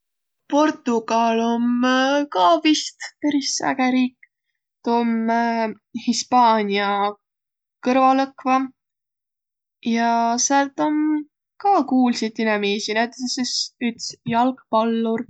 Portugal om ka vist peris äge riik. Tuu om Hispaania kõrval õkva ja säält om ka kuulsit inemiisi, näütüses üts jalgpallur.